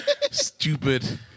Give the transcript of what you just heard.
Stupid